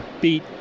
beat